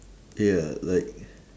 ya like